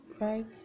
Right